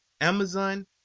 amazon